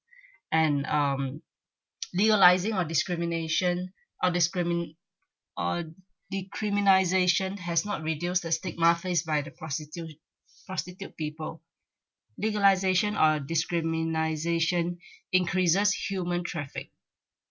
and um legalising or discrimination or discrimin~ or decriminalisation has not reduce the stigma faced by the prostitutes prostitute people legalisation or decriminalisation increases human traffic